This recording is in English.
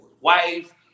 wife